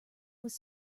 was